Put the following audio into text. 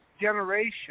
generation